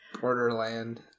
Borderland